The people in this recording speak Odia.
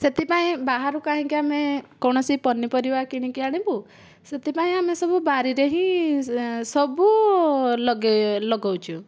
ସେଥିପାଇଁ ବାହାରୁ କାହିଁକି ଆମେ କୌଣସି ପନିପରିବା କିଣିକି ଆଣିବୁ ସେଥିପାଇଁ ଆମେ ସବୁ ବାଡ଼ିରେ ହିଁ ସବୁ ଲଗାଇ ଲଗାଉଛୁ